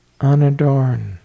unadorned